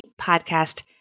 podcast